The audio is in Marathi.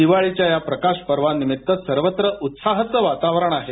दिवाळीच्या या प्रकाशपर्वानिमित्त सर्वत्र उत्साहाचं वातावरण आहे